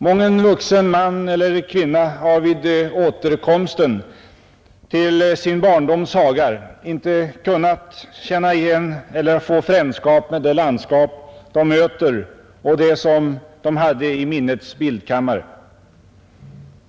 Mången vuxen man eller kvinna har vid återkomsten till sin barndoms hagar icke kunnat känna frändskap med det landskap de möter och det som de hade i minnets bildkammare.